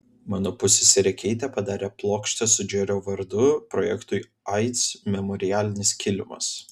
mano pusseserė keitė padarė plokštę su džerio vardu projektui aids memorialinis kilimas